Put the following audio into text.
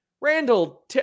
Randall